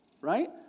right